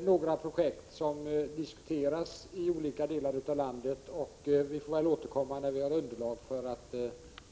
några projekt som diskuteras i olika delar av landet. Vi får återkomma när vi har underlag för att